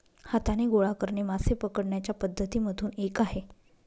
हाताने गोळा करणे मासे पकडण्याच्या पद्धती मधून एक आहे